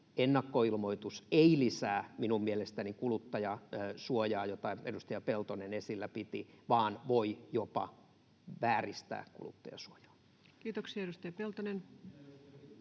ennakkoilmoitus ei lisää minun mielestäni kuluttajansuojaa, jota edustaja Peltonen esillä piti, vaan voi jopa vääristää kuluttajansuojaa. [Kimmo Kiljunen: